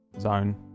zone